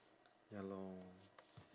ya lor